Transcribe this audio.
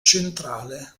centrale